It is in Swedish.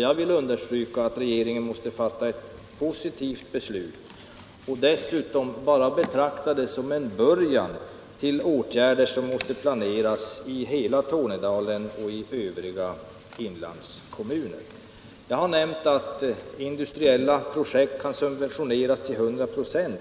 Jag vill understryka att regeringen måste fatta ett positivt beslut och dessutom betrakta detta bara som en början till åtgärder som måste planeras för hela Tornedalen och övriga inlandskommuner. Jag har nämnt att industriella projekt kan subventioneras till 100 ?5